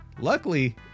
Luckily